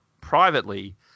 privately